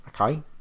okay